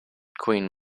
queen